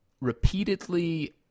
repeatedly